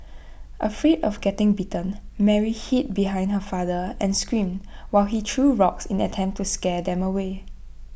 afraid of getting bitten Mary hid behind her father and screamed while he threw rocks in an attempt to scare them away